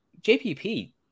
jpp